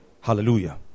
Hallelujah